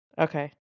okay